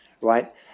right